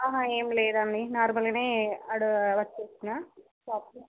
ఏం లేదండీ నార్మల్గానే అక్కడ వర్క్ చేసాను షాప్లో